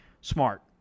smart